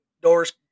doors